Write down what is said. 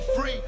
free